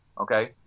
okay